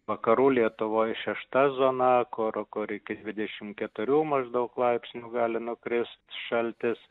vakarų lietuvoj šešta zona kur kur iki dvidešim keturių maždaug laipsnių gali nukrist šaltis